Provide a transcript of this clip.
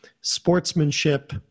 sportsmanship